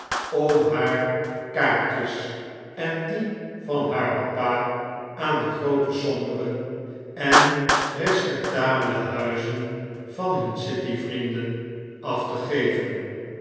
om haar kaartjes en die van haar papa aan de groote sombere en respectabele huizen van hun city vrienden af te geven